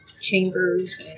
chambers